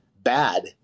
bad